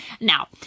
Now